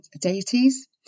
deities